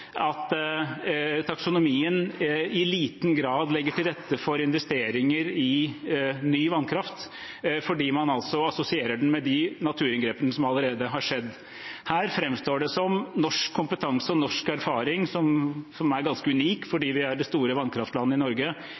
at taksonomien i liten grad legger til rette for investeringer i ny vannkraft, fordi man altså assosierer den med de naturinngrepene som allerede har skjedd. Her framstår det som norsk kompetanse og norsk erfaring – som er ganske unik, fordi vi er det store vannkraftlandet Norge